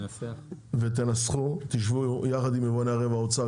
תשבו יחד עם משרד האוצר,